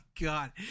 God